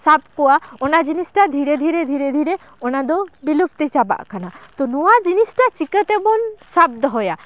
ᱥᱟᱵ ᱠᱚᱣᱟ ᱚᱱᱟ ᱡᱤᱱᱤᱥᱴᱟ ᱫᱷᱤᱨᱮ ᱫᱷᱤᱨᱮ ᱫᱷᱤᱨᱮ ᱫᱷᱤᱨᱮ ᱚᱱᱟ ᱫᱚ ᱵᱤᱞᱩᱯᱛᱤ ᱪᱟᱵᱟᱜ ᱠᱟᱱᱟ ᱛᱳ ᱱᱚᱣᱟ ᱡᱤᱱᱤᱥᱴᱟ ᱪᱤᱠᱟᱹᱛᱮᱵᱚᱱ ᱥᱟᱵ ᱫᱚᱦᱚᱭᱟ